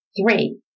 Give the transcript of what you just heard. Three